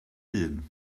hun